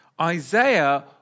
Isaiah